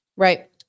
Right